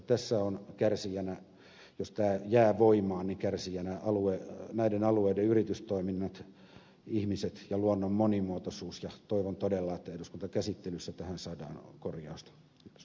tässä ovat kärsijöinä jos tämä jää voimaan näiden alueiden yritystoiminnat ihmiset ja luonnon monimuotoisuus ja toivon todella että eduskuntakäsittelyssä tähän saadaan korjaus ja s